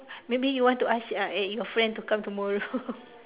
maybe you want to ask uh eh your friend to come tomorrow